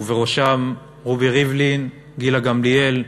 ובראשם רובי ריבלין, גילה גמליאל ואחרים,